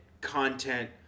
content